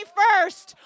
first